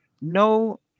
No